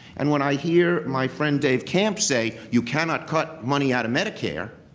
and when i hear my friend dave camp say you cannot cut money out of medicare,